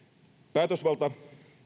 päätösvalta